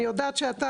אני יודעת שאתה,